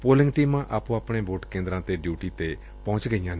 polling ਟੀਮਾਂ ਆਪਣੇ ਆਪਣੇ ਵੋਟ ਕੇਂਦਰਾਂ 'ਤੇ ਡਿਊਟੀ ਉਂਤੇ ਪਹੁੰਚ ਗਈਆਂ ਨੇ